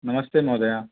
नमस्ते महोदय